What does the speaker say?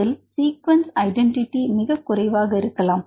அதில் sequence identity மிகக் குறைவாக இருக்கலாம்